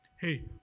Hey